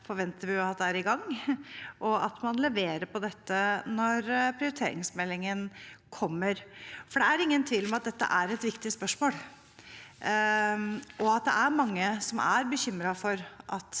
forventer at det arbeidet er i gang, og at man leverer på dette når prioriteringsmeldingen kommer, for det er ingen tvil om at dette er et viktig spørsmål, og at det er mange som er bekymret for at